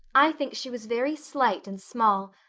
i think she was very slight and small,